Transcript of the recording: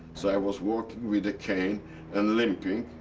so i was working with a cane and limping.